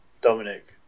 Dominic